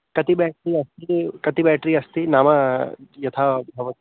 कति ब्याट्रि अस्ति कति ब्याट्रि अस्ति नाम यथा भवेत्